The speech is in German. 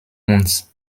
uns